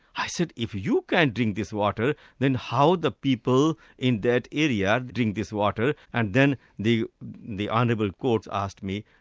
i said, if you can't drink this water, then how the people in that area drink this water? and then the the honourable court asked me,